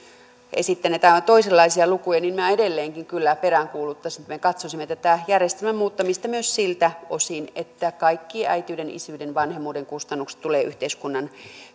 ovat esittäneet aivan toisenlaisia lukuja niin minä edelleenkin kyllä peräänkuuluttaisin että me katsoisimme tätä järjestelmän muuttamista myös siltä osin että kaikki äitiyden isyyden vanhemmuuden kustannukset tulevat yhteiskunnan